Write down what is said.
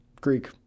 Greek